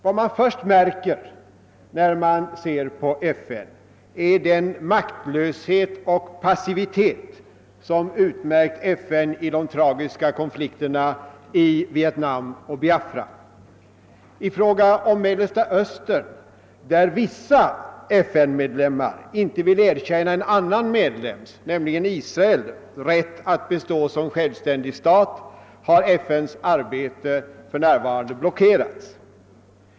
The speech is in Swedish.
Vad man först märker, när man ser på FN, är den maktlöshet och passivitet som utmärkt organisationen i de tragiska konflikterna i Vietnam och Biafra. I fråga om Mellersta Östern — där vissa FN-medlemmar inte vill erkänna en annan medlems, nämligen Israels, rätt att bestå som självständig stat — har FN:s arbete för närvarande blockerats.